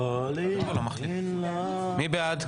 מי בעד?